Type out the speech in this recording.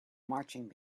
marching